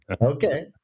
Okay